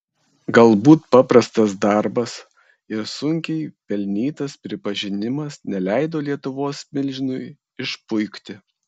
galbūt paprastas darbas ir sunkiai pelnytas pripažinimas neleido lietuvos milžinui išpuikti